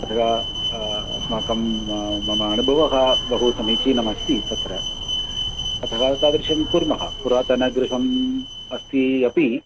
अथवा अस्माकं मम अनुभवः बहु समीचीनमस्ति तत्र अतः तादृशं कुर्मः पुरातनगृहम् अस्ति अपि